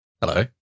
Hello